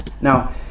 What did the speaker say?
now